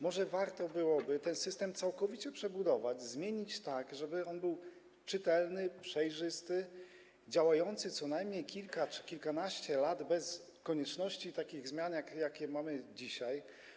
Może warto byłoby ten system całkowicie przebudować, zmienić, tak żeby on był czytelny, przejrzysty, żeby działał co najmniej kilka czy kilkanaście lat bez konieczności wprowadzania takich zmian jak te, jakie mamy dzisiaj.